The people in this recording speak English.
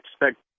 expect